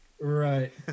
Right